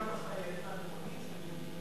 יש גם חיילים אלמונים שלא יודעים מיהם.